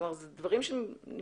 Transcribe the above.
אלה דברים שנמשכים.